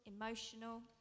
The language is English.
emotional